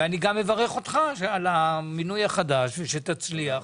אני גם מברך אותך על המינוי החדש ושתצליח.